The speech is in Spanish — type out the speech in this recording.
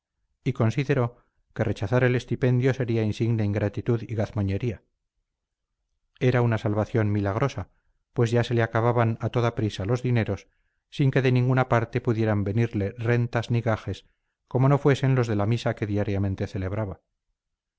y consideró que rechazar el estipendio sería insigne ingratitud y gazmoñería era una salvación milagrosa pues ya se le acababan a toda prisa los dineros sin que de ninguna parte pudieran venirle rentas ni gajes como no fuesen los de la misa que diariamente celebraba